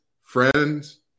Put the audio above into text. friends